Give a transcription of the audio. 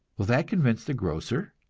will that convince the grocer?